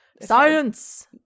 Science